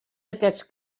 aquests